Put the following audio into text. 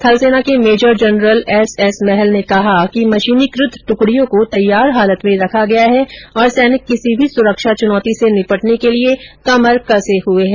थलसेना के major general S S Mahal ने कहा की मशीनीकृत टुकडियों को तैयार हालत में रखा गया है और सैनिक किसी भी सुरक्षा चूनौती से निपटने के लिए कमर कसे हुए हैं